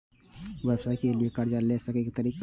व्यवसाय के लियै कर्जा लेबे तरीका?